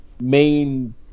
main